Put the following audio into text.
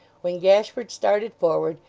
when gashford started forward,